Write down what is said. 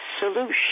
solution